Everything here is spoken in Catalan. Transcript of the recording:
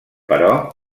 però